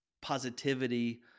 positivity